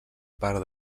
part